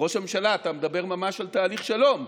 ראש הממשלה, אתה מדבר ממש על תהליך שלום.